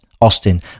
Austin